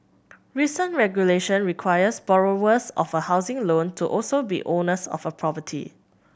recent regulation requires borrowers of a housing loan to also be owners of a property